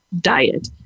diet